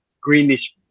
greenish